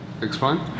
Explain